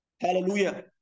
Hallelujah